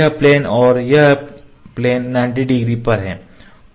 यह प्लेन और यह प्लेन 90 डिग्री पर है